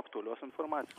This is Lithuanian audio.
aktualios informacijos